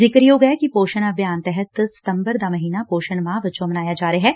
ਜ਼ਿਕਰਯੋਗ ਐ ਕਿ ਪੋਸ਼ਣ ਅਭਿਆਨ ਅਧੀਨ ਸਤੰਬਰ ਦਾ ਮਹੀਨਾ ਪੋਸ਼ਣ ਮਾਹ ਵਜੋਂ ਮਨਾਇਆ ਜਾ ਰਿਹੈ